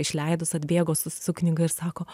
išleidus atbėgo su knyga ir sako